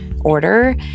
order